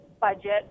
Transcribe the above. budget